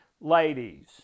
ladies